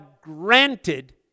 granted